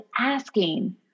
asking